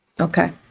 Okay